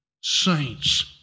saints